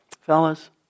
fellas